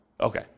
Okay